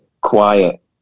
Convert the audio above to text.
quiet